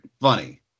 funny